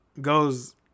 goes